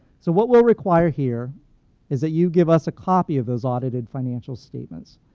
so what we'll require here is that you give us a copy of those audited financial statements.